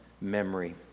memory